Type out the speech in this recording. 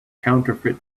counterfeit